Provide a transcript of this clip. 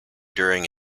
during